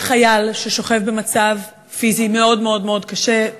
יש חייל ששוכב במצב פיזי מאוד מאוד מאוד קשה,